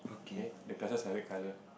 okay the glasses are red colour